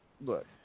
look